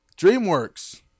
DreamWorks